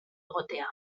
egotea